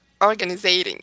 organizing